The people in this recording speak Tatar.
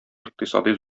икътисади